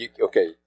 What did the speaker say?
Okay